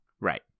Right